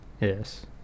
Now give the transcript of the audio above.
yes